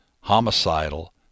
homicidal